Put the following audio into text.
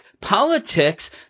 Politics